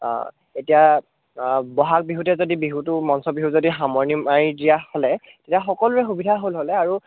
এতিয়া ব'হাগ বিহুতে যদি বিহুটো মঞ্চ বিহু যদি সামৰণি মাৰি দিয়া হ'লে তেতিয়া সকলোৱে সুবিধা হ'ল হ'লে আৰু